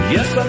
Yes